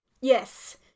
Yes